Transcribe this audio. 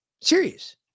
Serious